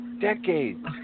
Decades